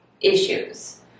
issues